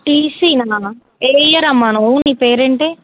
టీసీనా ఏ ఇయర్ అమ్మ నువ్వు నీపేరు ఏంటి